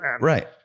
Right